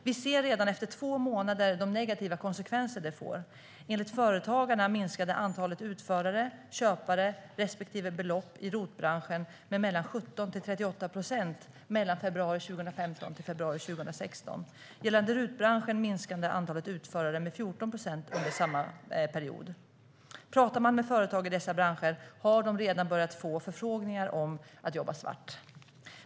Vi ser redan efter två månader de negativa konsekvenser det får. Enligt Företagarna minskade antalet utförare, köpare respektive belopp i ROT-branschen med mellan 17 och 38 procent mellan februari 2015 och februari 2016. Gällande RUT-branschen minskade antalet utförare med 14 procent under samma period. Företag i dessa branscher har redan börjat få förfrågningar om att jobba svart.